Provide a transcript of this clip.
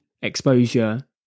exposure